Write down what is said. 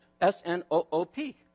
S-N-O-O-P